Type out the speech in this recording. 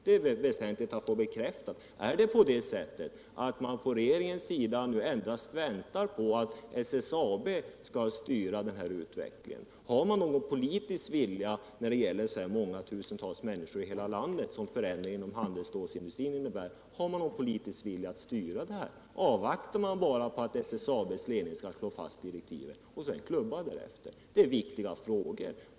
Det är väsentligt att få detta bekräftat. Väntar man nu från regeringens sida endast på att SSAB skall styra utvecklingen? Har man någon politisk vilja när det gäller de tusentals människor i hela landet som drabbas av förändringen inom handelsstålsindustrin? Har man någon politisk vilja att styra detta? Avvaktar man bara att SSAB:s ledning skall slå fast direktiven och klubbar sedan? Detta är viktiga frågor.